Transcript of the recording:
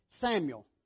Samuel